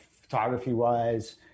photography-wise